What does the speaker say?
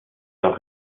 auch